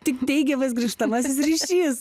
tik teigiamas grįžtamasis ryšys